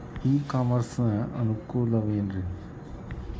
E commerce ನ ಅನುಕೂಲವೇನ್ರೇ?